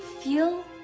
Feel